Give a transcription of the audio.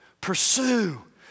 pursue